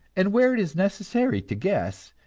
and where it is necessary to guess,